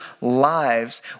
lives